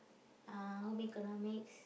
ah home-economics